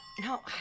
No